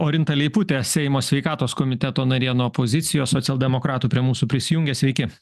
orinta leiputė seimo sveikatos komiteto narė nuo opozicijos socialdemokratų prie mūsų prisijungė sveiki